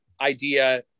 idea